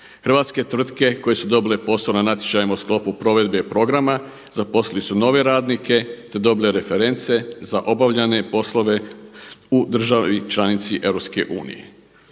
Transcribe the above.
Hrvatske tvrtke koje su dobile posao na natječajima u sklopu provedbe programa zaposlili su nove radnike, te dobili reference za obavljene poslove u državi članici EU.